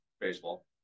baseball